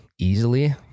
easily